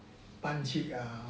搬去呃